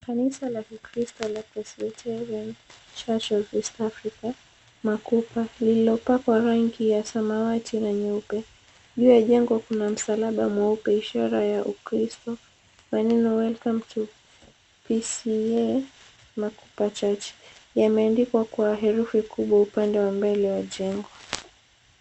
Kanisa la kikristo la Presbeterian Church Of East Afrika Makupa lililopakwa rangi ya samawati na nyeupe, juu ya jengo kuna msalaba mweupe ishara ya ukristo. Maneno welcome to PCEA Makupa Church yameandikwa kwa herufi kubwa upande wa mbele wa jengo.